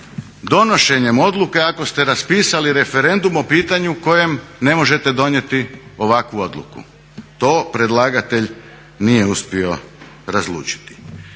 donošenjem odluke ako ste raspisali referendum o pitanju kojem ne možete donijeti ovakvu odluku, to predlagatelj nije uspio razlučiti.